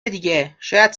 دیگه، شاید